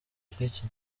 bw’iki